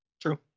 True